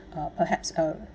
uh perhaps uh